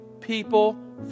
people